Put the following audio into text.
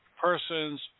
persons